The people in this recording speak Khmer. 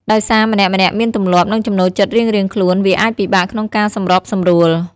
ដោយសារម្នាក់ៗមានទម្លាប់ និងចំណូលចិត្តរៀងៗខ្លួន វាអាចពិបាកក្នុងការសម្របសម្រួល។